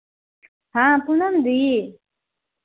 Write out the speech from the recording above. हाँ पूनम दीदी